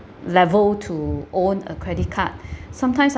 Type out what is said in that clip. level to own a credit card sometimes I